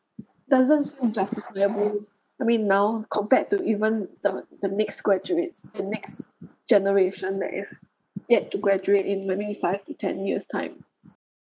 doesn't justifiable I mean now compared to even the the next graduates the next generation that is yet to graduate in maybe five to ten years time